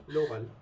local